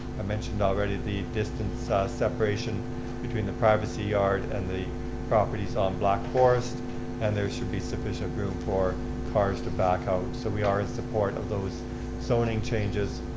i mentioned already the distance separation between the privacy yard and the properties on black forest and there should be sufficient room for cars to back out, so we are in support of those zoning changes.